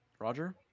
Roger